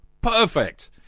Perfect